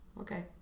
Okay